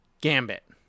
Gambit